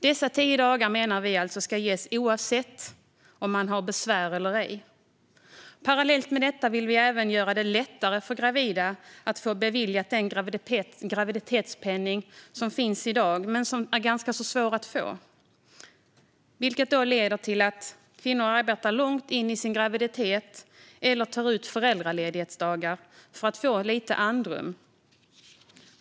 Dessa tio dagar menar vi ska ges oavsett om man har besvär eller ej. Parallellt med detta vill vi även göra det lättare för gravida att få den graviditetspenning beviljad som finns i dag men som är ganska svår att få, vilket leder till att kvinnor arbetar långt in i sin graviditet eller tar ut föräldraledighetsdagar för att få lite andrum.